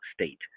state